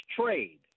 trade